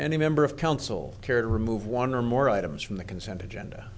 any member of council care to remove one or more items from the consent agenda